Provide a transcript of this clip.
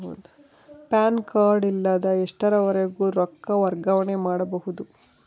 PAN card ಇಲ್ಲದ ಎಷ್ಟರವರೆಗೂ ರೊಕ್ಕ ವರ್ಗಾವಣೆ ಮಾಡಬಹುದು?